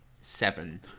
seven